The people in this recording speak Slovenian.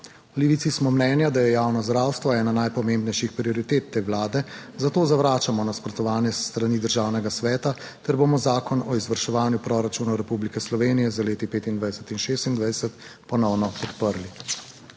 V Levici smo mnenja, da je javno zdravstvo ena najpomembnejših prioritet te Vlade, zato zavračamo nasprotovanje s strani Državnega sveta ter bomo Zakon o izvrševanju proračunov Republike Slovenije za leti 2025 in 2026 ponovno podprli.